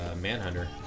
Manhunter